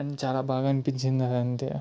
అని చాలా బాగా అనిపించింది నాకైతే